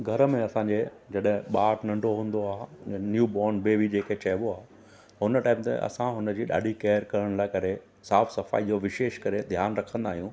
घर में असांजे जॾहिं ॿारु नंढो हूंदो आहे न्यू बोर्न बेबी जेके चइबो आहे हुन टाइम ते असां हुन जी ॾाढी केयर करण लाइ करे साफ़ु सफ़ाई जो विशेष करे ध्यानु रखंदा आहियूं